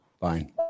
Fine